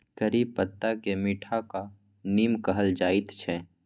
करी पत्ताकेँ मीठका नीम कहल जाइत छै